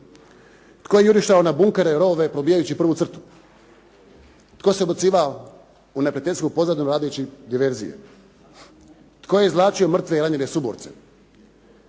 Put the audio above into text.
Tko je jurišao na bunkere i rovove probijajući prvu crtu? Tko se ubacivao u neprijateljsku pozadinu radeći diverzije? Tko je izvlačio mrtve i ranjene suborce?